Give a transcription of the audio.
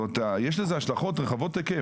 זאת אומרת, יש לזה השלכות רחבות היקף.